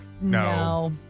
No